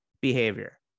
behavior